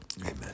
Amen